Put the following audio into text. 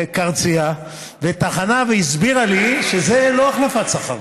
קרצייה, וטחנה והסבירה לי שזה לא החלפת שכר,